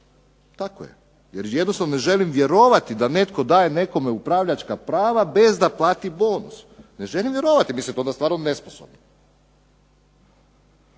ugovori jer jednostavno ne želim vjerovati da netko daje nekome upravljačka prava bez da plati bonus, ne želim vjerovati, .../Govornik se ne